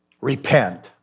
Repent